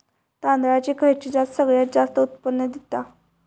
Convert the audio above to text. तांदळाची खयची जात सगळयात जास्त उत्पन्न दिता?